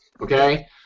okay